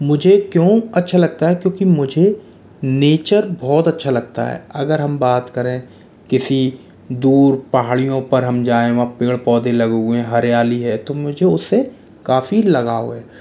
मुझे क्यों अच्छा लगता है क्योंकि मुझे नेचर बहुत अच्छा लगता है अगर हम बात करें किसी दूर पहाड़ियों पर हम जाएं और पेड़ पौधे लगे हुए हैं हरियाली है तो मुझे उससे काफ़ी लगाव है